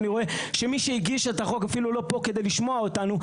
אני רואה שמי שהגיש את החוק אפילו לא פה כדי לשמוע אותנו.